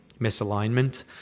misalignment